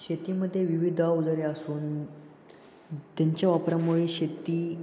शेतीमध्ये विविध अवजारे असून त्यांच्या वापरामुळे शेती